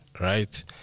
right